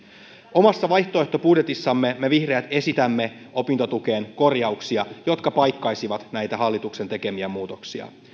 omassa vaihtoehtobudjetissamme me vihreät esitämme opintotukeen korjauksia jotka paikkaisivat näitä hallituksen tekemiä muutoksia